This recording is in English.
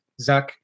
Zuck